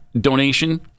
donation